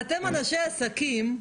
אתם אנשי עסקים,